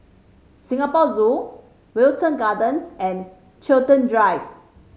Singapore Zoo Wilton Gardens and Chiltern Drive